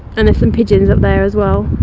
and there's some pigeons there as well.